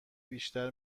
بیشتر